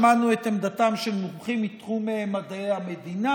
שמענו את עמדתם של מומחים מתחום מדעי המדינה.